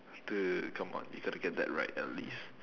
dude come on you gotta get that right at least